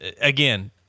again